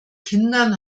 kindern